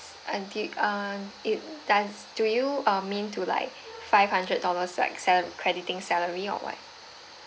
until earn it does do you um mean to like five hundred dollars like sala~ crediting salary or what